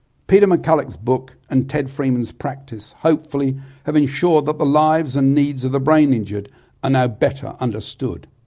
peter mccullagh's book and ted freeman's practice hopefully have ensured that the lives and needs of the brain injured are now better understood.